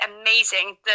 amazing